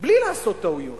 בלי לעשות טעויות?